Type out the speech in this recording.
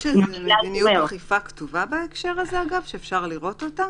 יש איזו מדיניות אכיפה כתובה שאפשר לראות אותה?